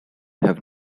have